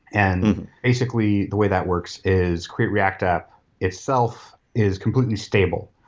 and basically, the way that works is create react app itself is completely stable.